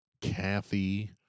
Kathy